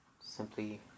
simply